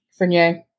Frenier